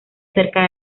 cerca